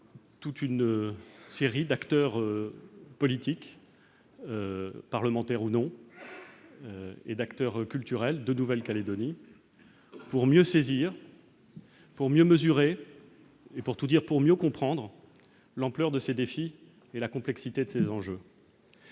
toute une série d'acteurs politiques, parlementaires ou non et d'acteurs culturels de Nouvelle-Calédonie pour mieux saisir pour mieux mesurer et pour tout dire, pour mieux comprendre l'ampleur de ces défis et la complexité de ces enjeux,